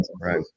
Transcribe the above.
right